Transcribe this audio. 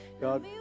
God